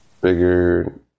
bigger